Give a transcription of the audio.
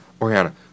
Oriana